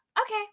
okay